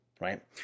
right